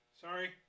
Sorry